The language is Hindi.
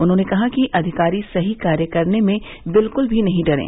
उन्होंने कहा कि अधिकारी सही कार्य करने में बिल्कुल भी नहीं डरे